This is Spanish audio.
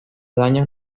daños